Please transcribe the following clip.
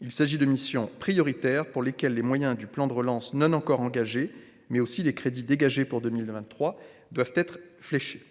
il s'agit de mission prioritaire pour lesquels les moyens du plan de relance non encore engagées mais aussi les crédits dégagés pour 2023 doivent être fléché,